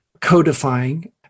codifying